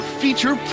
feature